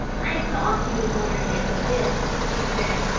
i thought he would want her to make a will, she said,